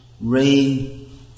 rain